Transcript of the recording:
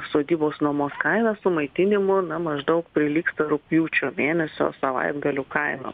sodybos nuomos kaina su maitinimu na maždaug prilygsta rugpjūčio mėnesio savaitgalių kainom